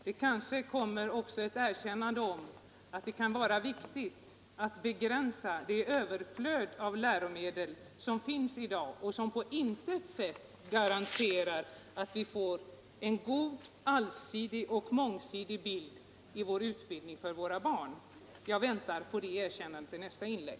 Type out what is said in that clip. Det kanske också kommer ett erkännande om att det kan vara viktigt att begränsa det överflöd av läromedel som finns i dag och som på intet sätt garanterar att vi får en god, allsidig och mångsidig bild av olika ämnen i utbildningen av våra barn. Jag väntar på det erkännandet i nästa inlägg.